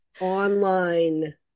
online